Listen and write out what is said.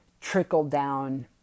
trickle-down